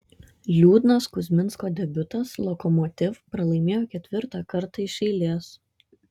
liūdnas kuzminsko debiutas lokomotiv pralaimėjo ketvirtą kartą iš eilės